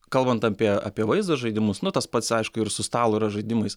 kalbant apie apie vaizdo žaidimus nu tas pats aišku ir su stalo yra žaidimais